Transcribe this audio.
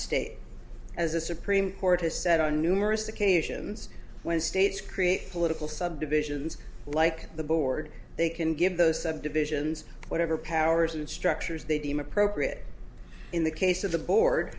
state as a supreme court has said on numerous occasions when states create political subdivisions like the board they can give those subdivisions whatever powers and structures they deem appropriate in the case of the board